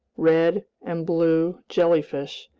red, and blue jellyfish,